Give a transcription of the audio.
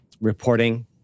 reporting